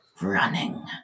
running